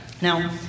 Now